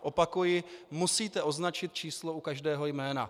Opakuji, musíte označit číslo u každého jména.